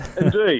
Indeed